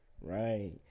Right